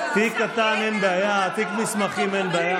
תיק קטן, אין בעיה, תיק מסמכים, אין בעיה,